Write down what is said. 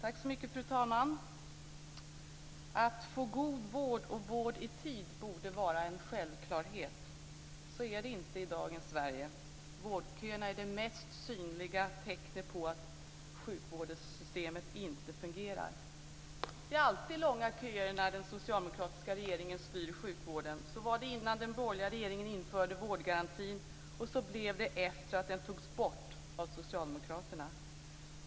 Fru talman! Att få god vård och vård i tid borde vara en självklarhet. Så är det inte i dagens Sverige. Vårdköerna är det mest synliga tecknet på att sjukvårdssystemet inte fungerar. Det är alltid långa köer när en socialdemokratisk regering styr sjukvården. Så var det innan den borgerliga regeringen införde vårdgarantin och så blev det efter att den togs bort av socialdemokraterna.